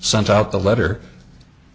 sent out the letter